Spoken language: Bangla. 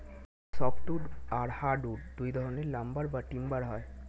সফ্ট উড আর হার্ড উড দুই ধরনের লাম্বার বা টিম্বার হয়